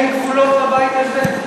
אין גבולות לבית הזה?